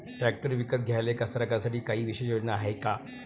Tractor विकत घ्याले कास्तकाराइसाठी कायी विशेष योजना हाय का?